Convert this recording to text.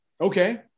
okay